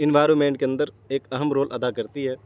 environment کے اندر ایک اہم رول ادا کرتی ہے